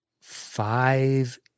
Five